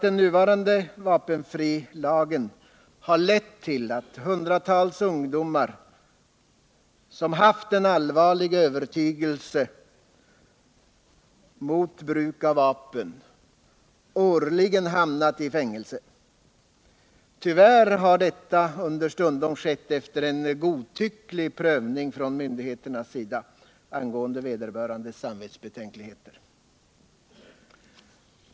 Den nuvarande vapenfrilagen har lett till att hundratals ungdomar, som haft en allvarlig övertygelse mot bruk av vapen, årligen hamnat i fängelse. Tyvärr har detta understundom skett efter en godtycklig prövning från myndigheternas sida angående vederbörandes samvetsbetänkligheter.